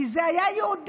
כי זה היה יהודי,